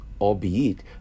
albeit